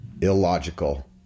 illogical